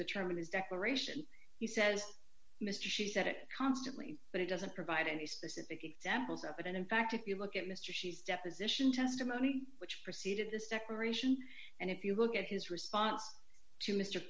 of his declaration he says mr she said it constantly but it doesn't provide any specific examples of it and in fact if you look at mr she's deposition testimony which preceded the separation and if you look at his response to mr